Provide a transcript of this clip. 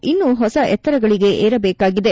ಇನ್ನೂ ಹೊಸ ಎತ್ತರಗಳಿಗೆ ಏರಬೇಕಾಗಿದೆ